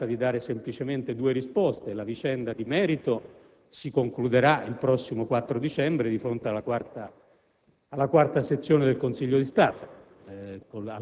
si tratta di dare semplicemente due risposte: la vicenda di merito si concluderà il prossimo 4 dicembre di fronte alla IV Sezione del Consiglio di Stato,